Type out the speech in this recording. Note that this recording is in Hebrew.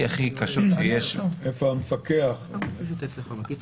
קשות שיש --- איפה המפקח על הבנקים?